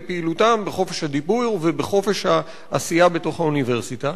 בפעילותם ובחופש הדיבור ובחופש העשייה בתוך האוניברסיטה,